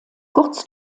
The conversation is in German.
kurz